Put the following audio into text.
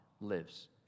lives